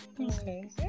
okay